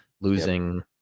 losing